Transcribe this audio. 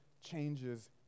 changes